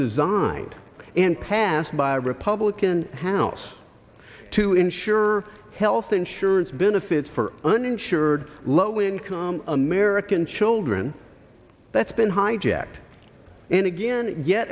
designed and passed by a republican house to ensure health insurance benefits for uninsured low income american children that's been hijacked and again yet